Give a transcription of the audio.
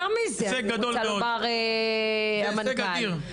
יותר מזה אני רוצה לומר, המנכ"ל.